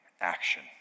action